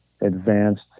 advanced